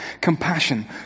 compassion